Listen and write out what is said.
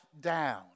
down